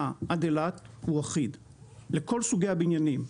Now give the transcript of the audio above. עד אילת הוא אחיד לכל סוגי הבניינים,